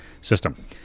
system